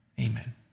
Amen